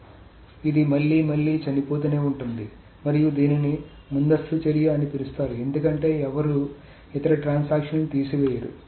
కాబట్టి ఇది మళ్లీ మళ్లీ చనిపోతూనే ఉంటుంది మరియు దీనిని ముందస్తు చర్య అని పిలుస్తారు ఎందుకంటే ఎవరూ ఇతర ట్రాన్సాక్షన్ లను తీసివేయరు